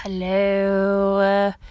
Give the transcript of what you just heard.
hello